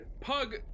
Pug